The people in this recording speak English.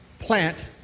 Plant